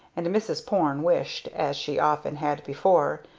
and mrs. porne wished, as she often had before,